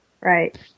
Right